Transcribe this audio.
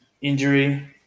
injury